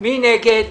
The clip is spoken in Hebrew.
מי נגד?